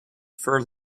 fur